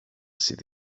city